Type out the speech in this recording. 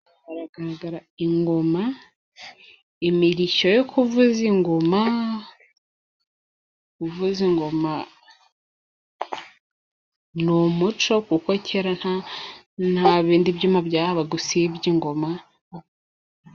Haragaragara ingoma, imirishyo yo kuvuza ingoma. Uvuza ingoma ni umuco, kuko kera nta nta bindi byuma byahabaga usibye ingoma.